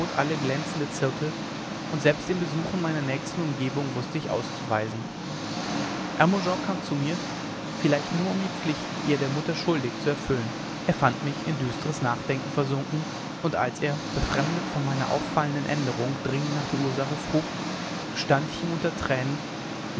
alle glänzende zirkel und selbst den besuchen meiner nächsten umgebung wußte ich auszuweisen hermogen kam zu mir vielleicht nur um die pflicht die er der mutter schuldig zu erfüllen er fand mich in düstres nachdenken versunken und als er befremdet von meiner auffallenden änderung dringend nach der ursache frug gestand ich ihm unter tränen